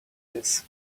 this